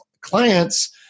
clients